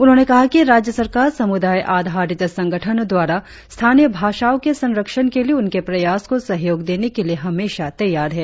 उन्होंने कहा कि राज्य सरकार समुदाय आधारित संगठनों द्वारा स्थानीय भाषाओ के संरक्षण के लिए उनके प्रयास को सहयोग देने के लिए हमेशा तैयार है